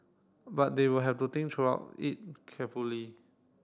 but they will have to think throughout it carefully